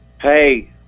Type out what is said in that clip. Hey